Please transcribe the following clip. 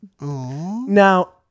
Now